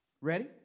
Ready